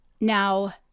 Now